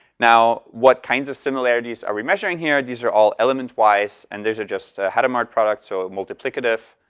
now, what kinds of similarities are we measuring here? these are all element-wise and these are just how to mark products, so multiplicative